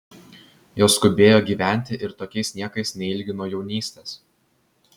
jos skubėjo gyventi ir tokiais niekais neilgino jaunystės